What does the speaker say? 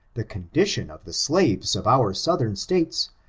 the condition of the slaves of our southern states,